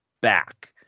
back